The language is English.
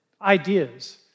ideas